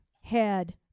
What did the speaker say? head